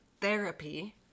therapy